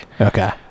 Okay